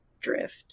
Drift